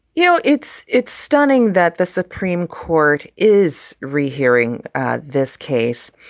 you know, it's it's stunning that the supreme court is rehearing this case.